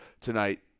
tonight